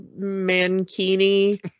mankini